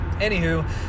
Anywho